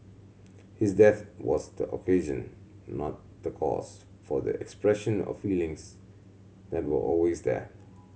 his death was the occasion not the cause for the expression of feelings that were always there